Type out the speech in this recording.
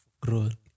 growth